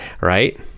right